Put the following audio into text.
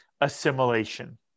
assimilation